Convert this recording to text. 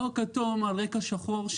או כתום על רקע שחור,